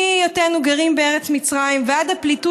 מהיותנו גרים בארץ מצרים ועד הפליטות